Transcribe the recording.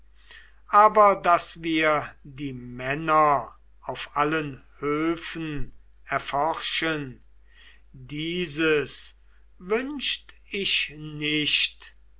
aber daß wir die männer auf allen höfen erforschen dieses wünscht ich nicht